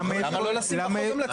למה לא לשים בחוק גם לציבור?